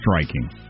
striking